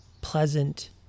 pleasant